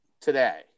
today